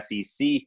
SEC